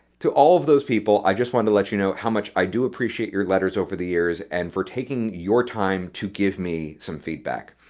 to all of those people i just wanted to let you know how much i do appreciate your letters over the years and for taking your time to give me some feedback.